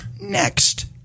next